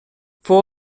fou